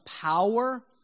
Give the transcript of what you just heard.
power